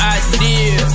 idea